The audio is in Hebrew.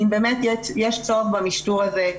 אם באמת יש צורך במשטור הזה,